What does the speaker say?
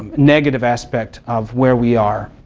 negative aspect of where we are.